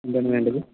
എന്താണ് വേണ്ടത്